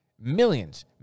millions